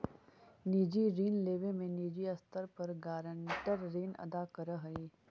निजी ऋण लेवे में निजी स्तर पर गारंटर ऋण अदा करऽ हई